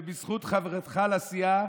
ובזכות חברתך לסיעה